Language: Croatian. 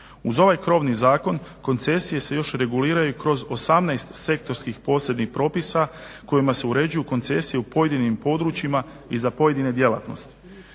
Uz ovaj krovni zakon koncesije se još reguliraju kroz 18 sektorskih posebnih propisa kojima se uređuju koncesije u pojedinim područjima i za pojedine djelatnosti.